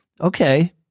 okay